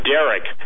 Derek